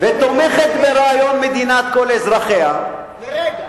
ותומכת ברעיון מדינת כל אזרחיה, לרגע.